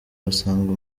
basanga